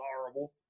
horrible